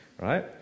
Right